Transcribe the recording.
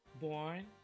born